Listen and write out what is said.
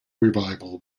revival